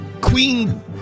queen